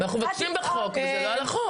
אנחנו מבקשים דיון על החוק, וזה לא על החוק.